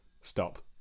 Stop